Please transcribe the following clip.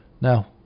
Now